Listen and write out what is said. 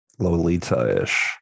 Lolita-ish